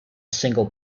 single